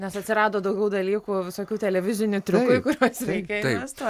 nes atsirado daugiau dalykų visokių televizinių triukų į kuriuos reikia investuot